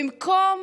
במקום